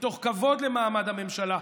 מתוך כבוד למעמד הממשלה,